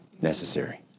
necessary